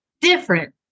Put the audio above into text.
different